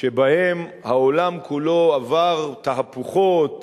שבהן העולם כולו עבר תהפוכות